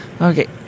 Okay